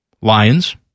Lions